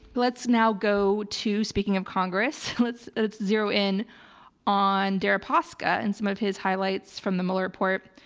let's now go to speaking of congress, let's let's zero in on deripaska and some of his highlights from the mueller report,